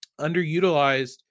underutilized